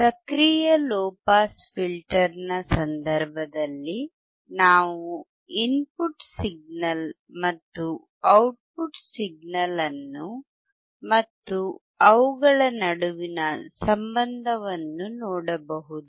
ಸಕ್ರಿಯ low pass filter ನ ಸಂದರ್ಭದಲ್ಲಿ ನಾವು ಇನ್ಪುಟ್ ಸಿಗ್ನಲ್ ಮತ್ತು ಔಟ್ಪುಟ್ ಸಿಗ್ನಲ್ ಅನ್ನು ಮತ್ತು ಅವುಗಳ ನಡುವಿನ ಸಂಬಂಧವನ್ನು ನೋಡಬಹುದು